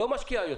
לא משקיע יותר.